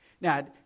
Now